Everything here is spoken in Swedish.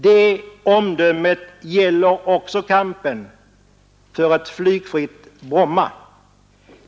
Det omdömet gäller också kampen för ett flygfritt Bromma.